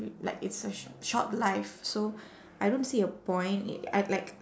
like it's a sh~ short life so I don't see a point in I like